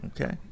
okay